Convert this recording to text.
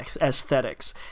aesthetics